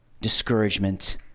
discouragement